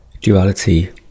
duality